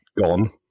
gone